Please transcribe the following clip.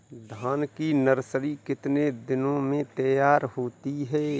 धान की नर्सरी कितने दिनों में तैयार होती है?